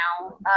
now